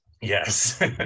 yes